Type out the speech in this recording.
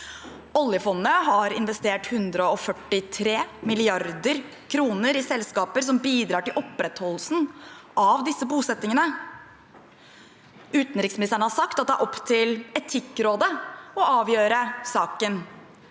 Oljefondet har investert 4 mrd. kr i selskaper som bidrar til opprettholdelsen av disse bosettingene. Utenriksministeren har sagt at det er opp til Etikkrådet å avgjøre saken.